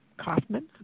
Kaufman